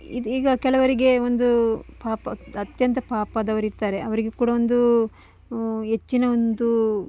ಈಗ ಈಗ ಕೆಲವರಿಗೆ ಒಂದು ಪಾಪ ಅತ್ಯಂತ ಪಾಪದವರಿರ್ತಾರೆ ಅವರಿಗೆ ಕೂಡ ಒಂದು ಹೆಚ್ಚಿನ ಒಂದು